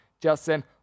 Justin